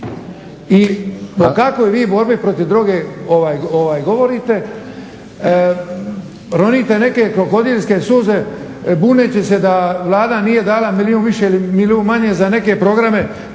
o kakvoj vi borbi protiv droge govorite? Ronite neke krokodilske suze buneći se da Vlada nije dala milijun više ili milijun manje za neke programe